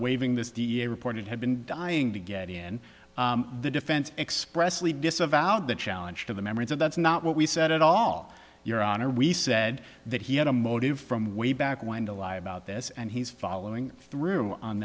waving this da reported had been dying to get in the defense expressly disavowed the challenge to the memories and that's not what we said at all your honor we said that he had a motive from way back when to lie about this and he's following through on